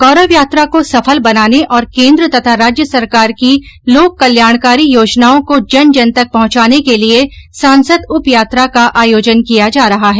गौरव यात्रा को सफल बनाने और केन्द्र तथा राज्य सरकार की लोक कल्याणकारी योजनाओं को जन जन तक पहुंचाने के लिए सांसद उप यात्रा का आयोजन किया जा रहा है